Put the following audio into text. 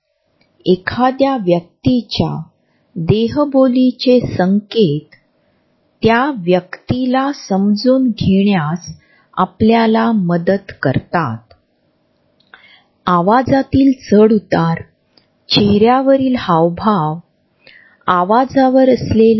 परंतु या गटात आपण पाहतो की तिसऱ्या व्यक्तीच्या तुलनेत दोन माणसे जास्त जवळ उभे आहेत आणि दुसऱ्या व्यक्तीच्या तुलनेत थोडा वेगळा असलेला तिसरा माणूस देहबोलीच्या इतर चिन्हांच्या सहाय्यानेही आपला अलग भाव दर्शवित आहे